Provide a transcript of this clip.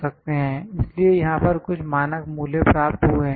इसलिए यहां पर कुछ मानक मूल्य प्राप्त हुए हैं